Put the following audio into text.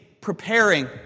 preparing